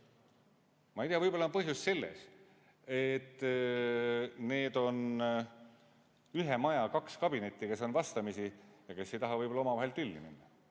Ma ei tea, võib-olla on põhjus selles, et need on ühe maja kaks kabinetti, kes on vastamisi ja kes ei taha omavahel tülli minna.